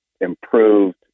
improved